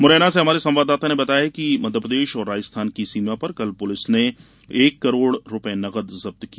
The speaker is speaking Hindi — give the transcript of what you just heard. मुरैना से हमारे संवाददाता ने बताया कि मध्यप्रदेश और राजस्थान की सीमा पर कल पुलिस ने एक करोड़ रूपये नगद जब्त किया